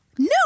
no